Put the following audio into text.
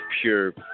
Pure